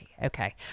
Okay